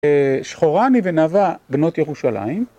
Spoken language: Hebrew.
שחורה אני ונאווה, בנות ירושלים.